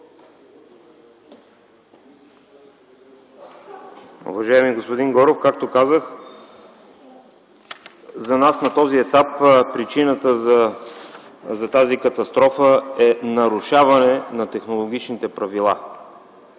Уважаеми господин Горов, както казах, за нас на този етап причината за тази катастрофа е нарушаване на технологичните правила.